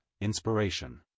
inspiration